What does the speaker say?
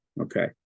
okay